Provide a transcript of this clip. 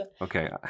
Okay